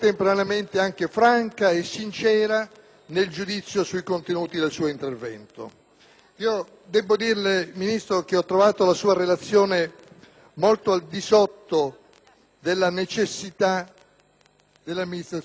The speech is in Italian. Devo dirle, signor Ministro, che ho trovato la sua relazione molto al di sotto delle necessità dell'amministrazione della giustizia italiana. Ho sentito - l'ha detto anche il senatore Carofiglio